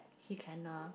he cannot